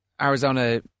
Arizona